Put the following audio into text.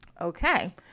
Okay